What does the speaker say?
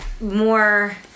more